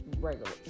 regular